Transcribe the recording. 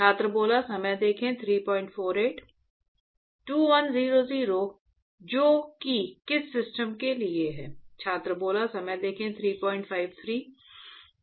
2100 जो कि किस सिस्टम के लिए है